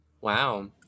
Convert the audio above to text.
Wow